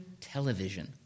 television